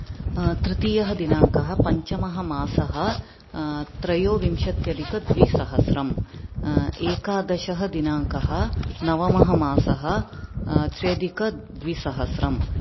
तृतीयः दिनाङ्कः पञ्चमः मासः त्रयोविंशत्यधिकद्विसहस्रम् एकादशः दिनाङ्कः नवमः मासः त्र्यधिकद्विसहस्रम्